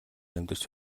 амьдарч